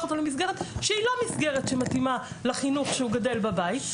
אותו למסגרת שלא מתאימה לחינוך שהוא גדל בבית,